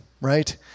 right